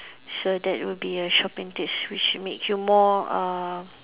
so that will be a shopping tips which makes you more uh